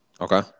Okay